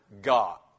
God